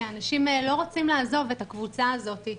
כי האנשים לא רוצים לעזוב את הקבוצה הזאת.